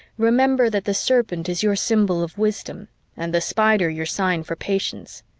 remember that the serpent is your symbol of wisdom and the spider your sign for patience.